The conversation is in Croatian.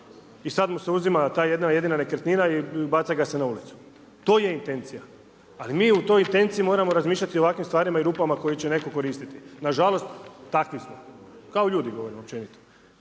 i sada mu se uzima ta jedna jedina nekretnina i baca ga se na ulicu. To je intencija. Ali mi u toj intenciji moramo razmišljati o ovakvim stvarima i rupama koje će netko koristiti, nažalost takvi smo, kao ljudi govorim općenito.